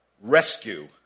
rescue